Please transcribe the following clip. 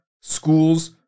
schools